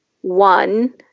one